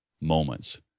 moments